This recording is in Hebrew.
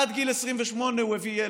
עד גיל 28 הביא ילד,